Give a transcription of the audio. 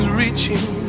reaching